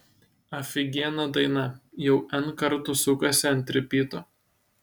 afigiena daina jau n kartų sukasi ant ripyto